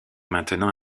maintenant